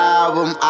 album